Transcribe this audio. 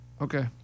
Okay